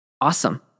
Awesome